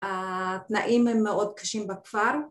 התנאים הם מאוד קשים בכפר